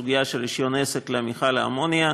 הסוגיה של רישיון עסק למפעל האמוניה.